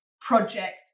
project